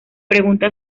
pregunta